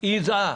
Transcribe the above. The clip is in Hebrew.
היא מזהה.